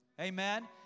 Amen